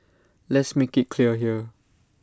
let's make IT clear here